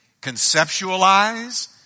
conceptualize